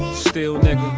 still nigger